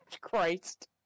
Christ